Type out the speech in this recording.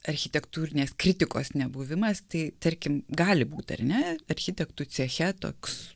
architektūrinės kritikos nebuvimas tai tarkim gali būt ar ne architektų ceche toks